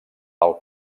pel